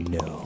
no